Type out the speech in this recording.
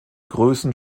größen